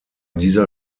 dieser